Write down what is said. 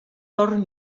torn